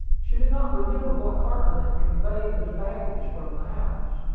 she did not remember what cartman had conveyed his baggage from the house.